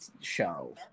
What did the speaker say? show